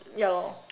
ya lor